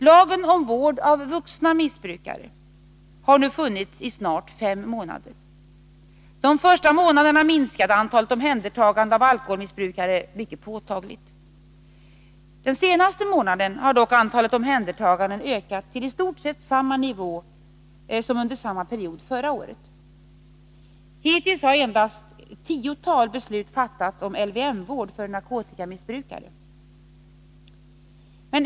Lagen om vård av vuxna missbrukare har nu funnits i snart fem månader. De första månaderna minskade antalet omhändertaganden av alkoholmissbrukare mycket påtagligt. Den senaste månaden har dock antalet omhändertaganden ökat till i stort sett samma nivå som under samma period förra året. Hittills har endast ett tiotal beslut fattats om LVM-vård för narkotikamissbrukare.